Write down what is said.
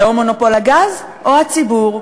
זה או מונופול הגז או הציבור.